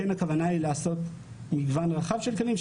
הכוונה היא לעשות מגוון רחב של כלים,